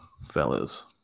fellas